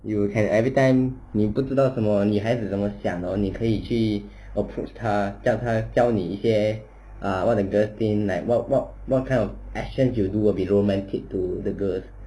you can everytime 你不知道怎么女孩子怎么想 orh 你可以去 approach 她叫他教你一些 ah what the girls thinks like what what what kind of actions you do will be romantic to the girls